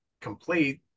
complete